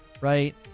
Right